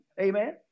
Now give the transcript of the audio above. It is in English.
Amen